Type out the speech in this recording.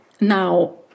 now